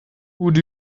would